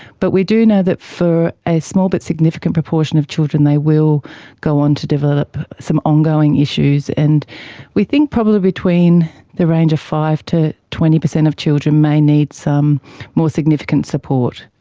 but we do know that for a small but significant proportion of children they will go on to develop some ongoing issues. and we think probably between the range of five percent to twenty percent of children may need some more significant support.